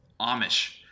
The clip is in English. Amish